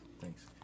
Thanks